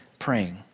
praying